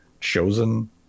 chosen